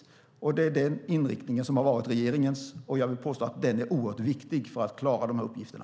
Det har varit regeringens inriktning, och jag vill påstå att denna inriktning är oerhört viktig när det gäller att klara de här uppgifterna.